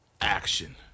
action